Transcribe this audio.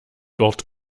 dort